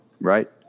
right